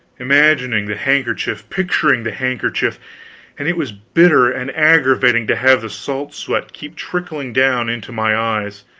imagining the handkerchief, picturing the handkerchief and it was bitter and aggravating to have the salt sweat keep trickling down into my eyes,